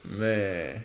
man